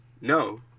No